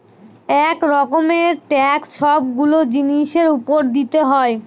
এক রকমের ট্যাক্স সবগুলো জিনিসের উপর দিতে হয়